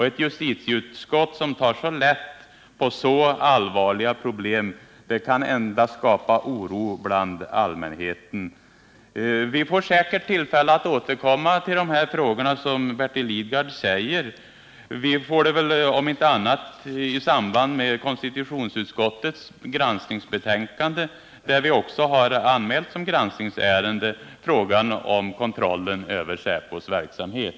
Ett justitieutskott som tar så lätt på allvarliga problem kan endast skapa oro bland allmänheten. Vi får säkerligen tillfälle att återkomma till dessa frågor, som Bertil Lidgard säger. Vi får det väl om inte annat så i samband med konstitutionsutskottets granskningsbetänkande. Vi har anmält som granskningsärende frågan om kontrollen över säpos verksamhet.